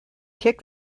kick